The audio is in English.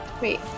Wait